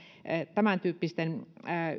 tämäntyyppisten